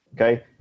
okay